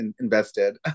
invested